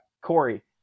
Corey